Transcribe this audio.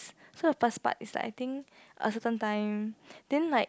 so the first part is like I think a certain time then like